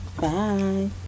Bye